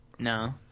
No